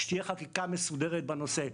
שתהיה חקיקה מסודרת בנושא.